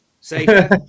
Say